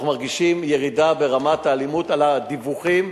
אנחנו מרגישים ירידה ברמת האלימות, הדיווחים,